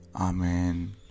Amen